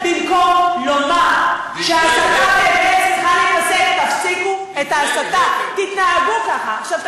מה שעניין אותו כנראה בהלוויה זה רק דבר אחד.